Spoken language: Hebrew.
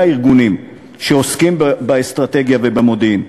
הארגונים שעוסקים באסטרטגיה ובמודיעין,